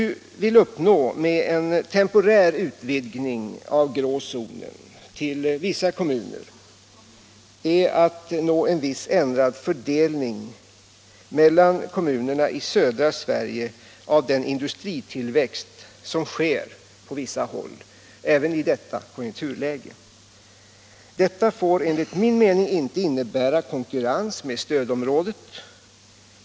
Vad vi vill uppnå med en temporär utvidgning av den grå zonen till vissa kommuner är en viss ändrad fördelning mellan kommunerna i södra Sverige av den industritillväxt som sker på vissa håll även i detta konjunkturläge. Enligt min mening får det här dock inte innebära konkurrens med stödområdet.